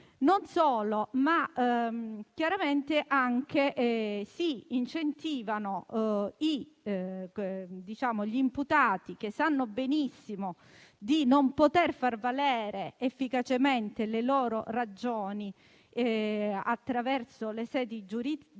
di proroghe e rinvii, e si incentivano gli imputati, che sanno benissimo di non poter far valere efficacemente le loro ragioni attraverso le sedi giudiziarie,